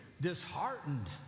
disheartened